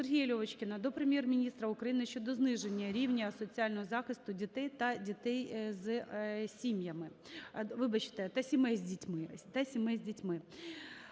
Сергія Льовочкіна до Прем'єр-міністра України щодо зниження рівня соціального захисту дітей з сім'ями.